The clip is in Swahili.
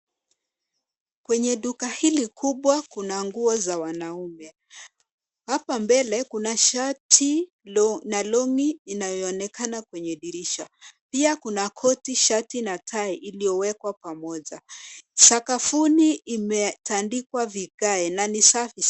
Kwenye duka hili kubwa kuna nguo za wanaume. Hapa mbele kuna shati na long'i inayoonekana kwenye dirisha. Pia kuna koti, shati na tai iliyowekwa pamoja. Sakafuni imetandikwa vigae na ni safi.